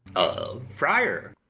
a friar.